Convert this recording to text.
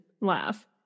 laugh